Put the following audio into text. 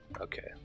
Okay